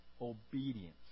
obedience